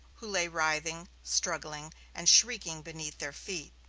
who lay writhing, struggling, and shrieking beneath their feet.